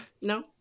no